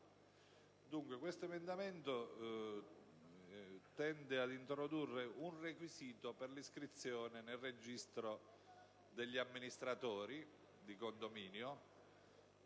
l'emendamento 26.101 tende ad introdurre un requisito per l'iscrizione nel registro degli amministratori di condominio